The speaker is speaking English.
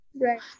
Right